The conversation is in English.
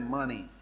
money